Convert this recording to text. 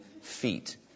feet